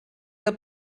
que